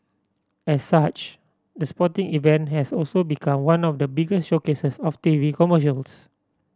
as such the sporting event has also become one of the biggest showcases of T V commercials